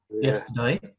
yesterday